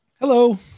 Hello